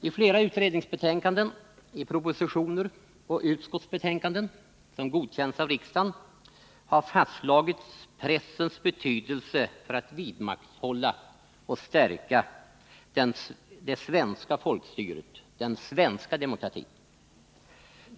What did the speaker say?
I flera utredningsbetänkanden, propositioner och utskottsbetänkanden, som godkänts av riksdagen, har fastslagits pressens betydelse för att vidmakthålla och stärka det svenska folkstyret, den svenska demokratin.